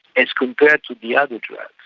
it's compared to the other drugs,